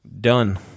Done